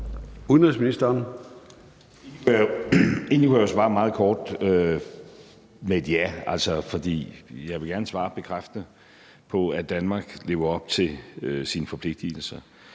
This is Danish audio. Rasmussen): Egentlig kunne jeg svare meget kort med et ja, for jeg vil gerne svare bekræftende på, at Danmark lever op til sine forpligtelser.